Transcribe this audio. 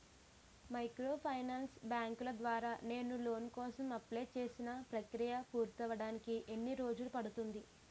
Microfinance బ్యాంకుల ద్వారా నేను లోన్ కోసం అప్లయ్ చేసిన ప్రక్రియ పూర్తవడానికి ఎన్ని రోజులు పడుతుంది?